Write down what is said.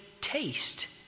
taste